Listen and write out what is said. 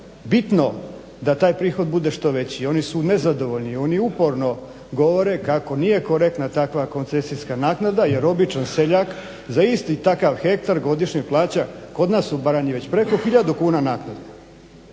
bitno da taj prihod bude što veći i oni su nezadovoljni. Oni uporno govore kako nije korektna takva koncesijska naknada jer običan seljak za isti takav hektar godišnje plaća kod nas u Baranji već preko hiljadu kuna naknade.